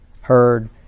heard